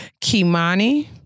Kimani